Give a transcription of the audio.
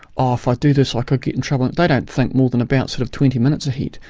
oh, if i do this, i could get in trouble. they don't think more than about sort of twenty minutes ahead.